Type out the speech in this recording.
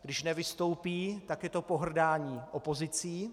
Když nevystoupí, tak je to pohrdání opozicí.